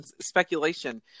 speculation